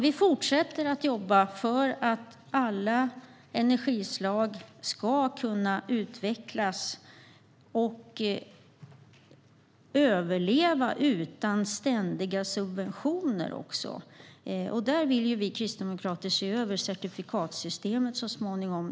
Vi fortsätter att jobba för att alla energislag ska kunna utvecklas och överleva utan ständiga subventioner. Vi kristdemokrater vill till exempel se över certifikatsystemet så småningom.